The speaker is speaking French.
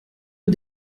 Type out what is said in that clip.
eux